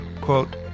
quote